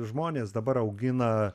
žmonės dabar augina